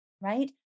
right